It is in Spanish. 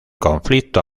conflicto